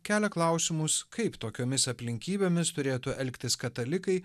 kelia klausimus kaip tokiomis aplinkybėmis turėtų elgtis katalikai